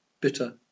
bitter